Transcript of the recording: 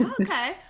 Okay